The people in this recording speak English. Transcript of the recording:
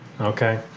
Okay